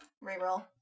re-roll